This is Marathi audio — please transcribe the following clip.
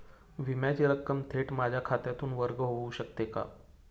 विम्याची रक्कम थेट माझ्या खात्यातून वर्ग होऊ शकते का?